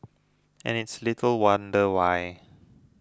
and it's little wonder why